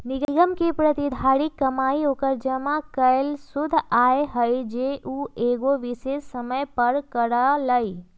निगम के प्रतिधारित कमाई ओकर जमा कैल शुद्ध आय हई जे उ एगो विशेष समय पर करअ लई